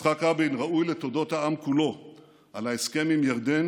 יצחק רבין ראוי לתודת העם כולו על ההסכם עם ירדן,